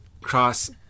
cross